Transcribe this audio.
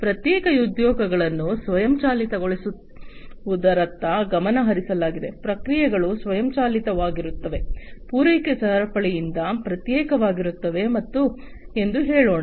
ಪ್ರತ್ಯೇಕ ಉದ್ಯೋಗಗಳನ್ನು ಸ್ವಯಂಚಾಲಿತಗೊಳಿಸುವುದರತ್ತ ಗಮನ ಹರಿಸಲಾಗಿದೆ ಪ್ರಕ್ರಿಯೆಗಳು ಸ್ವಯಂಚಾಲಿತವಾಗಿರುತ್ತವೆ ಪೂರೈಕೆ ಸರಪಳಿಯಿಂದ ಪ್ರತ್ಯೇಕವಾಗಿರುತ್ತವೆ ಎಂದು ಹೇಳೋಣ